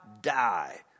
die